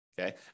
Okay